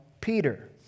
Peter